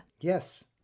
Yes